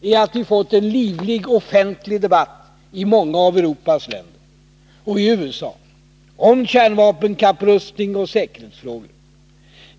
är att vi fått en livlig offentlig debatt i många av Europas länder och i USA om kärnvapenkapprustning och säkerhetsfrågor.